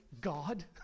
God